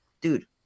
dude